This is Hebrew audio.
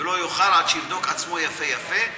ולא יאכל עד שיבדוק עצמו יפה-יפה,